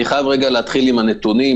אני חייב להתחיל עם הנתונים,